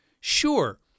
Sure